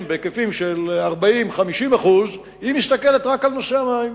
בהיקפים של 40% 50% היא מסתכלת רק על נושא המים.